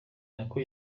nako